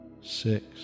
Six